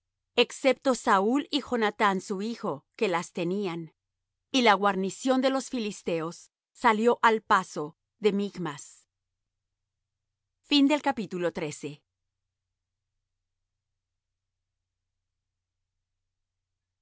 excepto saúl y jonathán su hijo que las tenían y la guarnición de los filisteos salió al paso de michmas y